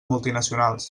multinacionals